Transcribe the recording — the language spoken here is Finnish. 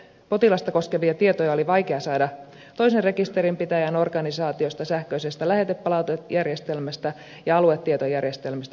potilasta koskevia tietoja oli vaikea saada toisen rekisterinpitäjän organisaatiosta sähköisestä lähetepalautejärjestelmästä ja aluetietojärjestelmästä huolimatta